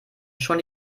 schon